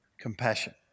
compassion